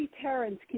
Terrence